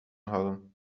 houden